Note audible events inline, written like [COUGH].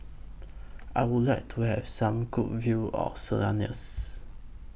I Would like to Have Some Good View of [UNINTELLIGIBLE]